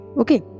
Okay